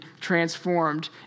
transformed